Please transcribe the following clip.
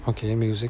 okay music